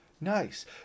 Nice